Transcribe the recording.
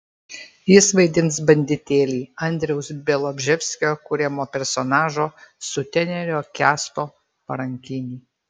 jis vaidins banditėlį andriaus bialobžeskio kuriamo personažo sutenerio kęsto parankinį